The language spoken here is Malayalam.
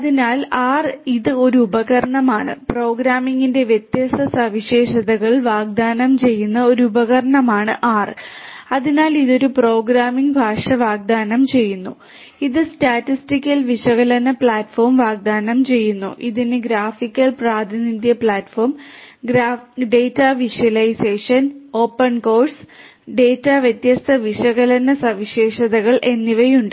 അതിനാൽ ആർ ഇത് ഒരു ഉപകരണമാണ് പ്രോഗ്രാമിംഗിന്റെ വ്യത്യസ്ത സവിശേഷതകൾ വാഗ്ദാനം ചെയ്യുന്ന ഒരു ഉപകരണമാണ് ആർ അതിനാൽ ഇത് ഒരു പ്രോഗ്രാമിംഗ് ഭാഷ വാഗ്ദാനം ചെയ്യുന്നു ഇത് സ്റ്റാറ്റിസ്റ്റിക്കൽ വിശകലന പ്ലാറ്റ്ഫോം വാഗ്ദാനം ചെയ്യുന്നു ഇതിന് ഗ്രാഫിക്കൽ പ്രാതിനിധ്യ platform data visualisation open source വ്യത്യസ്ത ഡാറ്റ വിശകലന സവിശേഷതകൾ എന്നിവയുണ്ട്